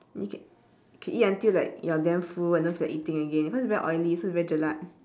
we can can eat until like you are damn full and don't feel like eating again cause very oily so it's very jelak